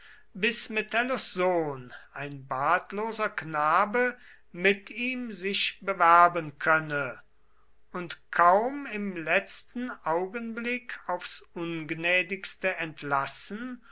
bis metellus sohn ein bartloser knabe mit ihm sich bewerben könne und kaum im letzten augenblick aufs ungnädigste entlassen